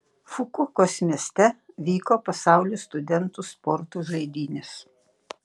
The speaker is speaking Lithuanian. fukuokos mieste vyko pasaulio studentų sporto žaidynės